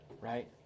Right